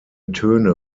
töne